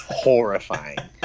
horrifying